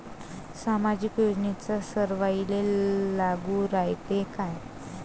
सामाजिक योजना सर्वाईले लागू रायते काय?